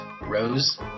Rose